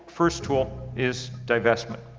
first tool, is divestment.